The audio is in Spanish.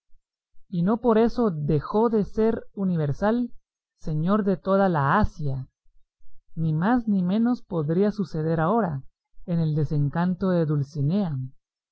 y no por eso dejó de ser universal señor de toda la asia ni más ni menos podría suceder ahora en el desencanto de dulcinea